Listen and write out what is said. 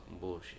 bullshit